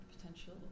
potential